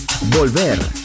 volver